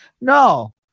no